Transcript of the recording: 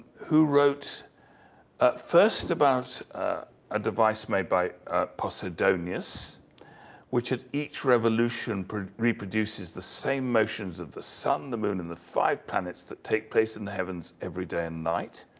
who wrote ah first about a device made by posidonios which at each revolution but reproduces the same motions of the sun, the moon, and the five planets that take place in the heavens every day and night.